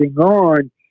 on